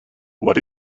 what